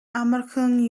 амархан